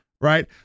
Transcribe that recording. right